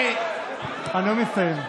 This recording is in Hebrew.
הנאום הסתיים.